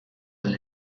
del